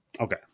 Okay